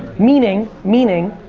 meaning, meaning,